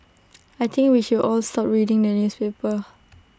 I think we should all stop reading the newspaper